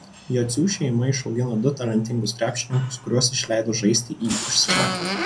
jocių šeima išaugino du talentingus krepšininkus kuriuos išleido žaisti į užsienį